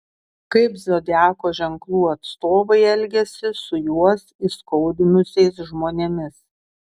kaip zodiako ženklų atstovai elgiasi su juos įskaudinusiais žmonėmis